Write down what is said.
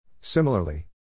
Similarly